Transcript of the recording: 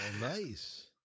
Nice